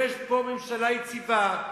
יש פה ממשלה יציבה,